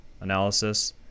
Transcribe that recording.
analysis